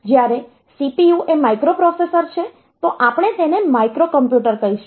જ્યારે CPU એ microprocessor છે તો આપણે તેને માઇક્રોકોમ્પ્યુટર કહીશું